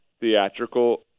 theatrical